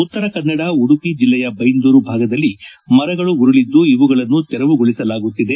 ಉತ್ತರ ಕನ್ನಡ ಉಡುಪಿ ಜಿಲ್ಲೆಯ ಬೈಂದೂರು ಭಾಗದಲ್ಲಿ ಮರಗಳು ಉರುಳದ್ದು ಇವುಗಳನ್ನು ತೆರವುಗಳಸಲಾಗುತ್ತಿದೆ